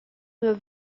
meu